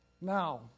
Now